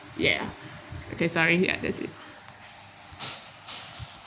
ya because I already had that's it